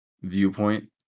viewpoint